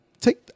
take